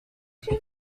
się